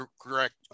correct